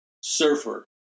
surfer